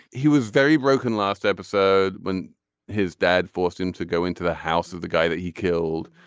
he was very broken last episode when his dad forced him to go into the house of the guy that he killed.